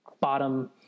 bottom